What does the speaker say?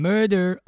Murder